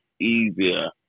easier